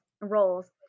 roles